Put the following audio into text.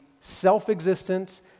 self-existent